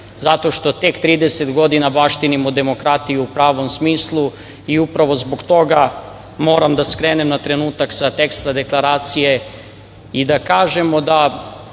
zato što tek 30 godina baštinimo demokratiju u pravom smislu. I upravo zbog toga moram da skrenem na trenutak sa teksta deklaracije i da kažemo da